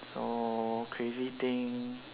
so crazy thing